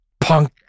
Punk